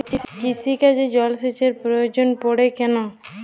কৃষিকাজে জলসেচের প্রয়োজন পড়ে কেন?